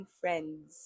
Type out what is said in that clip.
friends